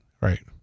Right